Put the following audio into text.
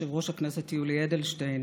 יושב-ראש הכנסת יולי אדלשטיין,